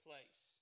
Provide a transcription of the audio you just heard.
Place